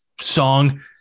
song